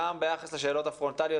גם ביחס לשאלות הפרונטליות,